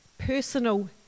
personal